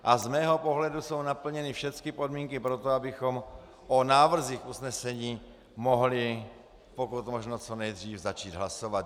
Z mého pohledu jsou naplněny všechny podmínky pro to, abychom o návrzích usnesení mohli pokud možno co nejdřív začít hlasovat.